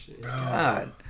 God